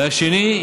השני,